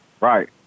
Right